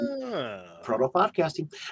proto-podcasting